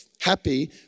happy